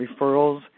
referrals